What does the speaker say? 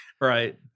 Right